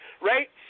right